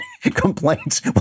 complaints